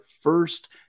first